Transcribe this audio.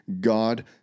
God